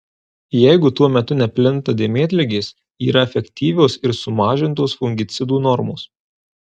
jeigu tuo metu neplinta dėmėtligės yra efektyvios ir sumažintos fungicidų normos